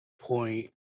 point